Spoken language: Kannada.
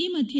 ಈ ಮಧ್ಯೆ